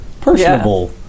personable